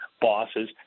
bosses